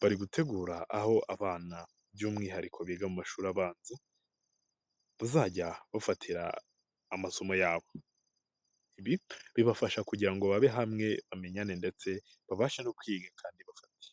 bari gutegura aho abana by'umwihariko biga mu mashuri abanza, bazajya bafatira amasomo yabo, ibi bibafasha kugira ngo babe hamwe amenyane ndetse babashe no kwiga kandi bafate.